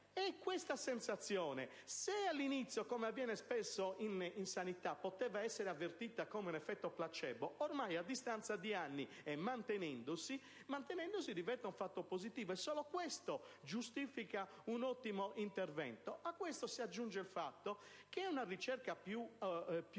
Questa sensazione, se all'inizio - come avviene spesso in ambito sanitario - poteva essere avvertita come un effetto placebo, ormai a distanza di anni e mantenendosi inalterata, diventa un fatto davvero positivo e, solo questo, giustifica un ottimo intervento. A questo si aggiunge il fatto che in questi anni